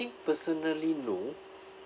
personally no